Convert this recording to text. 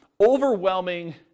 overwhelming